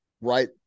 right